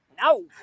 No